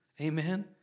Amen